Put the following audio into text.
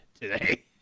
today